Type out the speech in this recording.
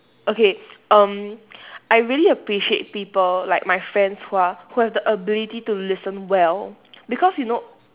okay um I really appreciate people like my friends who are who have the ability to listen well because you know